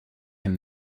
him